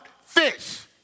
Fish